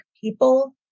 people